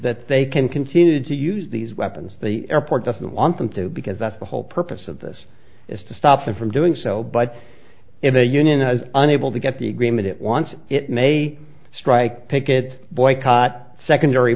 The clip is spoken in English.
that they can continue to use these weapons the airport doesn't want them to because that's the whole purpose of this is to stop them from doing so but if the union as unable to get the agreement it wants it may strike picket boycott secondary